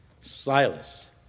Silas